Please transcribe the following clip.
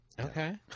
Okay